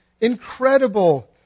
incredible